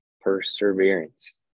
perseverance